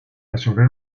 resolver